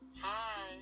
Hi